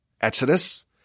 exodus